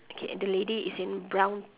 okay and the lady is in brown